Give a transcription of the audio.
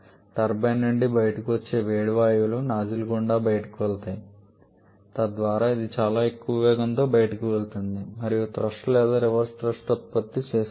turbine నుండి బయటకు వచ్చే వేడి వాయువులు నాజిల్ గుండా బయటికి వెళ్తాయి తద్వారా ఇది చాలా ఎక్కువ వేగంతో బయటకు వెళుతుంది మరియు థ్రస్ట్ లేదా రివర్స్ థ్రస్ట్ ఉత్పత్తి చేస్తుంది